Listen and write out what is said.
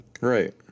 Right